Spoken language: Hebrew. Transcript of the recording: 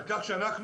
על כך שאנחנו,